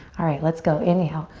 alright, let's go, inhale.